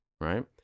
Right